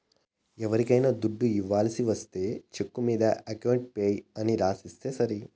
ఎవరికైనా దుడ్డు ఇవ్వాల్సి ఒస్తే చెక్కు మీద అకౌంట్ పేయీ అని రాసిస్తే సరి